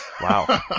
Wow